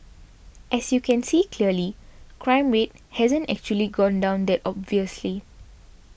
as you can see clearly crime rate hasn't actually gone down that obviously